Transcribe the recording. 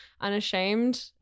unashamed